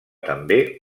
també